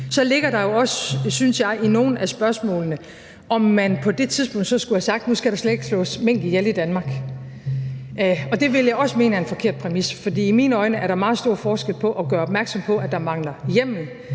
Så ligger der jo også, synes jeg, det i nogle af spørgsmålene, om man på det tidspunkt skulle have sagt, at nu skal der slet ikke slås mink ihjel i Danmark. Det vil jeg også mene er en forkert præmis, for i mine øjne er der meget stor forskel på at gøre opmærksom på, at der mangler hjemmel,